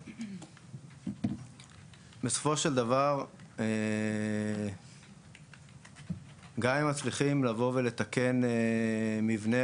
בסופו של דבר גם אם מצליחים לתקן מבנה